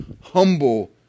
humble